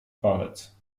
palec